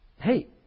hey